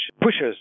pushes